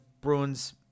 Bruins